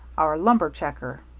our lumber checker.